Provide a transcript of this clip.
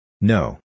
No